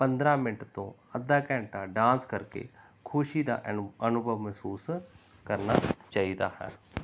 ਪੰਦਰ੍ਹਾਂ ਮਿੰਟ ਤੋਂ ਅੱਧਾ ਘੰਟਾ ਡਾਂਸ ਕਰਕੇ ਖੁਸ਼ੀ ਦਾ ਅਨੁ ਅਨੁਭਵ ਮਹਿਸੂਸ ਕਰਨਾ ਚਾਹੀਦਾ ਹੈ